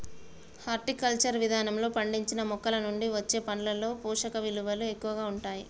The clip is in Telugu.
హార్టికల్చర్ విధానంలో పండించిన మొక్కలనుండి వచ్చే పండ్లలో పోషకవిలువలు ఎక్కువగా ఉంటాయి